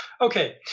Okay